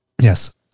Yes